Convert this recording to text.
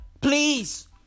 Please